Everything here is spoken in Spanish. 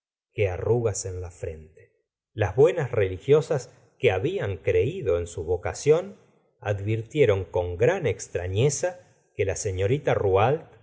que arrugas en la frente las buenas religiosas que habían creído en su vo eación advirtieron con gran extrafieza que la sefiorita